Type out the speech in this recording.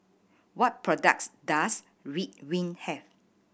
what products does Ridwind have